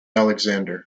alexander